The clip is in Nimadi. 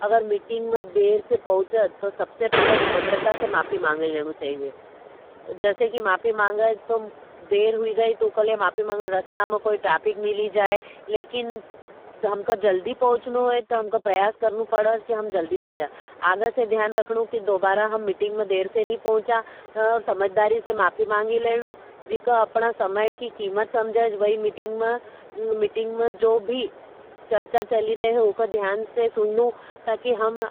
अगर मीटिंग में देर से पहुँचत, तो सबसे पहले विनम्रता से माफी माँगे लेनु चाहिज। जैसे कि माफी माँगे, तो देर हुई गई, तो कले माफी माँगे, रस्ता में कोई ट्राफिक मिली जाए, लेकिन हमका जल्दी पहुँचनो है, तो हमका प्रयास करना पड़े, कि हमे जल्दी पहुंचना। आगे से ध्यान रखनू, कि दोबारा हम मीटिंग में देर से नी पहुँचा, और समझदारी से माफी माँगे लेनू, जिका अपना समय की कीमत समझज़, वही मीटिंग में जो भी चर्चा चली रहे, उको ध्यान से सुनू, ताकि हम